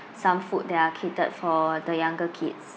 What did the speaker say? some food that are catered for the younger kids